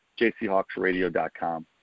jchawksradio.com